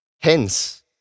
Hence